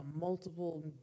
multiple